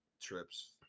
trips